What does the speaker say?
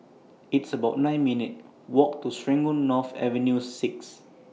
It's about nine minutes' Walk to Serangoon North Avenue six